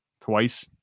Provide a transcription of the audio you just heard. twice